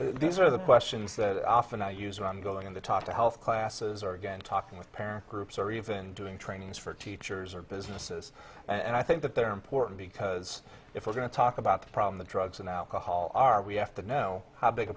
these are the questions that often i use when i'm going to talk to health classes or again talking with parent groups or even doing trainings for teachers or businesses and i think that they're important because if we're going to talk about the problem the drugs and alcohol are we have to know how big a